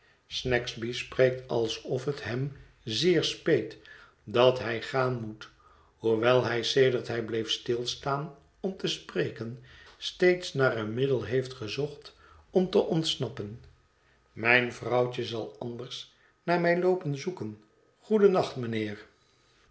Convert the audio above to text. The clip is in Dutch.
snagsby spreekt alsof het hem zeer speet dat hij gaan moet hoewel hij sedert hij bleef stilstaan om te spreken steeds naar een middel heeft gezocht om te ontsnappen mijn vrouwtje zal anders naar mij loopen zoeken goedennacht mijnheer